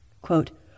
quote